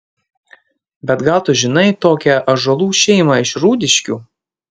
bet gal tu žinai tokią ąžuolų šeimą iš rūdiškių